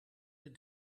het